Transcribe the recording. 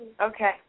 Okay